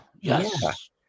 Yes